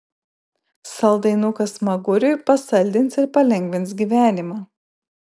saldainukas smaguriui pasaldins ir palengvins gyvenimą